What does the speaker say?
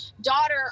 daughter